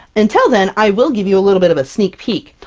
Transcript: until then, i will give you a little bit of a sneak peek.